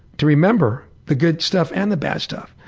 to remember the good stuff and the bad stuff,